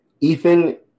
Ethan